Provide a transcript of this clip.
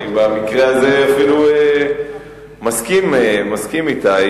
במקרה הזה אני אפילו מסכים אתה.